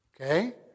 Okay